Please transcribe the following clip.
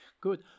Good